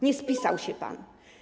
Nie spisał się pan.